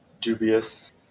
dubious